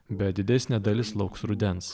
bet didesnė dalis lauks rudens